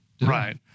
right